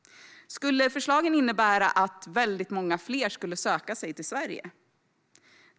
Skulle förslagen innebära att väldigt många fler skulle söka sig till Sverige?